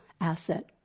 asset